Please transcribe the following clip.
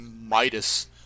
midas